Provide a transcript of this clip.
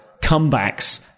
comebacks